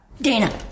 Dana